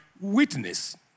witness